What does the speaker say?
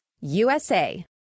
USA